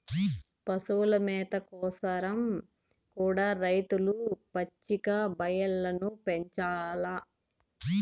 పశుల మేత కోసరం కూడా రైతులు పచ్చిక బయల్లను పెంచాల్ల